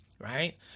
right